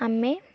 ଆମେ